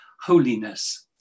holiness